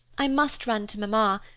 i must run to mamma,